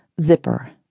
zipper